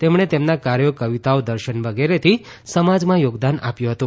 તેમણે તેમના કાર્યો કવિતાઓ દૃશન વગેરેથી સમાજમાં યોગદાન આપ્યું હતું